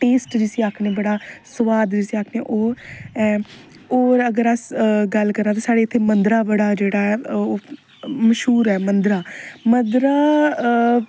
taste जिसी आक्खने बडा स्बाद जिसी आक्खने ओह् ऐ और अगर अस गल्ल करा ते साडे इत्थे मदंरा बनांदे ते मशहूर ऐ मद्धरा मद्धरा